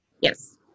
yes